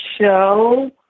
show